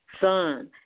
son